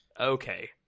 Okay